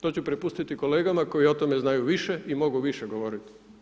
To ću prepustiti kolegama koji o tome znaju više i mogu više govoriti.